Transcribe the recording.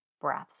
breaths